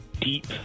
deep